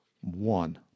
one